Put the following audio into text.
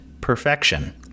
perfection